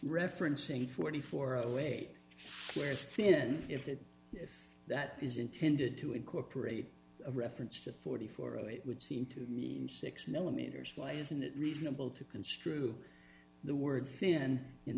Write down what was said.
referencing forty four away where thin if that if that is intended to incorporate a reference to forty four it would seem to me six millimeters why isn't it reasonable to construe the word thin in